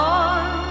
on